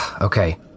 Okay